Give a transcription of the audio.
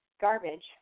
garbage